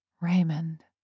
Raymond